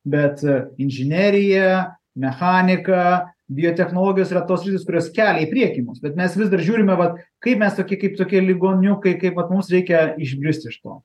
bet inžinerija mechanika biotechnologijos yra tos sritys kurios kelia į priekį bet mes vis dar žiūrime vat kaip mes tokie kaip tokie ligoniukai kaip vat mums reikia išbrist iš to